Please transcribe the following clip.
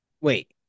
wait